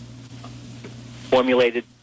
formulated